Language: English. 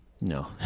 No